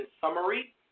summary